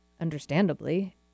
understandably